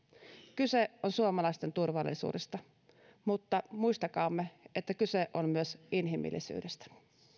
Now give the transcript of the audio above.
kyse on suomalaisten turvallisuudesta mutta muistakaamme että kyse on myös inhimillisyydestä